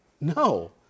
No